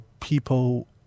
people